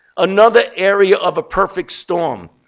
another area of a perfect storm.